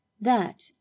That